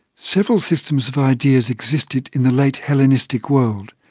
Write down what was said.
several systems of ideas existed in the late hellenistic world,